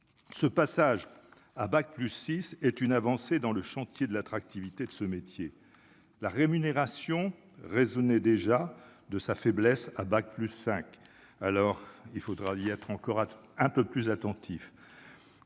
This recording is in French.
ce passage à bac plus six est une avancée dans le chantier de l'attractivité de ce métier, la rémunération résonnait déjà de sa faiblesse à bac plus cinq, alors il faudra y être encore un peu plus attentif,